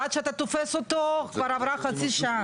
ועד שאתה תופס אותו כבר עברה חצי שעה,